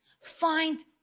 Find